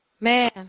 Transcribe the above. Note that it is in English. Man